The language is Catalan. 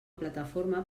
plataforma